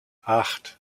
acht